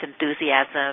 enthusiasm